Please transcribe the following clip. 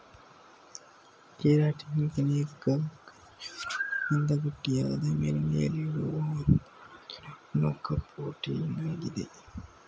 keratin ಅನೇಕ ಕಶೇರುಕಗಳಲ್ಲಿನ ಗಟ್ಟಿಯಾದ ಮೇಲ್ಮೈಯಲ್ಲಿರುವ ಒಂದುರಚನಾತ್ಮಕ ಪ್ರೋಟೀನಾಗಿದೆ